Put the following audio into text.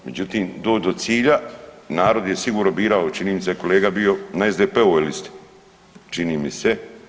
Međutim, doći do cilja narod je sigurno birao, čini mi se da je kolega bio na SDP-ovoj listi, čini mi se.